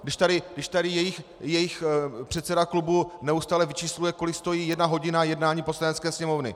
Když tady jejich předseda klubu neustále vyčísluje, kolik stojí jedna hodina jednání Poslanecké sněmovny.